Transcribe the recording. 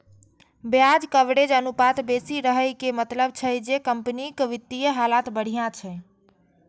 ब्याज कवरेज अनुपात बेसी रहै के मतलब छै जे कंपनीक वित्तीय हालत बढ़िया छै